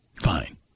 fine